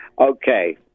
Okay